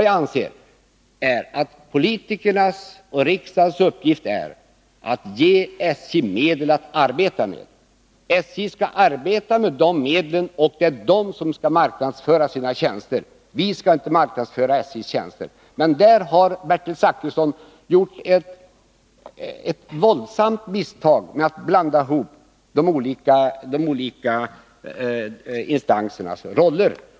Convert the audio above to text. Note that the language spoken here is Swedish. Jag anser att politikernas och riksdagens uppgift är att ge SJ medel att arbeta med. SJ skall alltså arbeta med de medlen, och det är SJ som skall marknadsföra sina tjänster. Det skall inte vi göra. Men där har Bertil Zachrisson gjort ett våldsamt misstag genom att blanda ihop de olika instansernas roller.